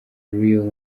real